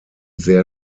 sehr